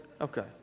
Okay